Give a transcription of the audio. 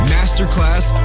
Masterclass